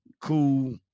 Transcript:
Cool